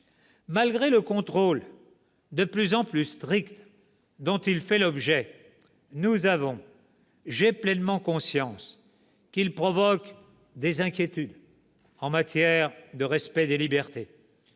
Malgré le contrôle de plus en plus strict dont il fait l'objet, nous avons, j'ai pleinement conscience qu'il provoque des inquiétudes en matière de respect des libertés.